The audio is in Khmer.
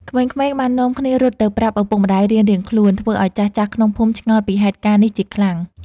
ក្មេងៗបាននាំគ្នារត់ទៅប្រាប់ឪពុកម្ដាយរៀងៗខ្លួន ធ្វើឲ្យចាស់ៗក្នុងភូមិឆ្ងល់ពីហេតុការណ៍នេះជាខ្លាំង។